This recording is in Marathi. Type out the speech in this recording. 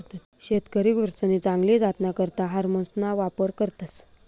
शेतकरी गुरसनी चांगली जातना करता हार्मोन्सना वापर करतस